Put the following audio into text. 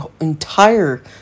entire